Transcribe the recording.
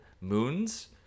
moons